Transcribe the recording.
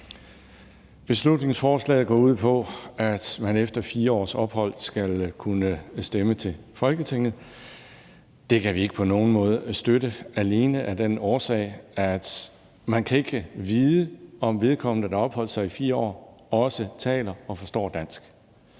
Beslutningsforslaget går ud på, at man efter 4 års ophold skal kunne stemme til Folketinget. Det kan vi ikke på nogen måde støtte alene af den årsag, at man ikke kan vide, om vedkommende, der har opholdt sig her i 4 år, også taler og forstår dansk.